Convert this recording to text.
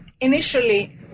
initially